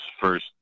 first